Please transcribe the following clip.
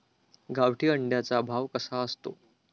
गावठी अंड्याचा भाव कसा असतो?